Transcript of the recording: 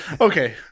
Okay